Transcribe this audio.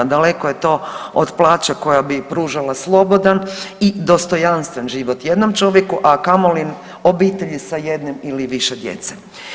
Daleko je to od plaće koja bi pružala slobodan i dostojanstven život jednom čovjeku, a kamoli obitelji sa jednim ili više djece.